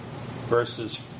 verses